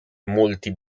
molti